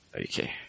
Okay